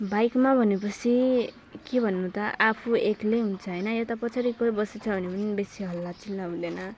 बाइकमा भनेपछि के भन्नु त आफू एक्लै हुन्छ हैन यता पछाडि कोही बसेको छ भने पनि बेसी हल्लाचिल्ला हुँदैन